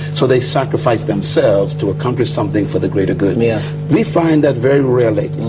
so they sacrifice themselves to accomplish something for the greater good. we ah we find that very rarely.